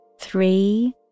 three